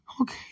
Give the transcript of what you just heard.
Okay